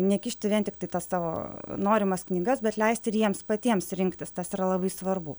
nekišti vien tiktai tas savo norimas knygas bet leisti ir jiems patiems rinktis tas yra labai svarbu